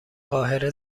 قاهره